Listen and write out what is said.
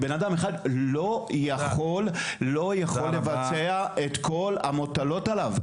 אדם אחד לא יכול לבצע את כל המוטל עליו.